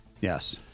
Yes